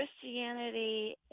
Christianity